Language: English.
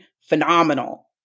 phenomenal